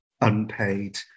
unpaid